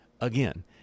again